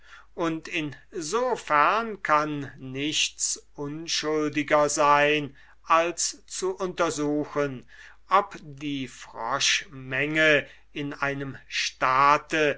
und in so fern kann nichts unschuldigers sein als zu untersuchen ob z e die froschmenge in einem staat